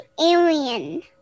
alien